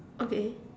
okay